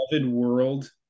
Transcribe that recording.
world